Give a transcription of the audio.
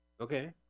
okay